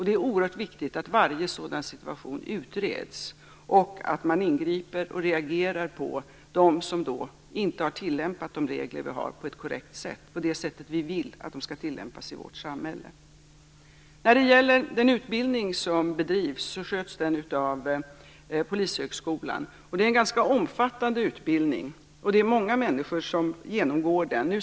Det är oerhört viktigt att varje sådan situation utreds, och att man ingriper och reagerar på dem som inte har tilllämpat de regler vi har på det sätt vi vill att de skall tillämpas i vårt samhälle. Den utbildning som bedrivs sköts av Polishögskolan. Det är en ganska omfattande utbildning. Det är många människor som genomgår den.